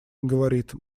говорит